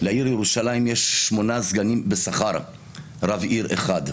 לעיר ירושלים יש שמונה סגנים בשכר ורב עיר אחד.